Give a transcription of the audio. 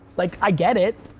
like, i get it.